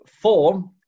form